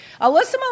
Alyssa